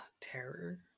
terror